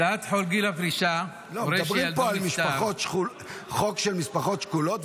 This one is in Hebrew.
הצעת חוק גיל הפרישה --- מדברים פה על חוק של משפחות שכולות,